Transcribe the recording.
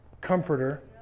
comforter